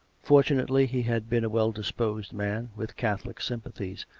fortunately he had been a well-disposed man, with catholic sympathies,